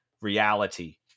reality